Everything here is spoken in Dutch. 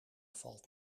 valt